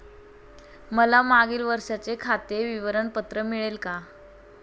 मला मागील वर्षाचे खाते विवरण पत्र मिळेल का?